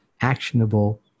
actionable